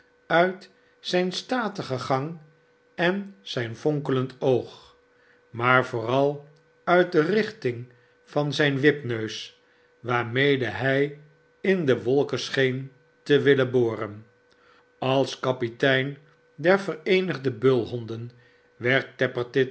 uit zijn statigen gang en zijn fonkelend oog maar vooral uit de richting van zijn wipneus waarmede hij in de wolken scheen te willen boren als kapitein der vereenigde bulhonden werd